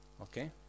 Okay